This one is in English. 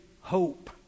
hope